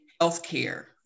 healthcare